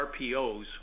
RPOs